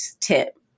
tip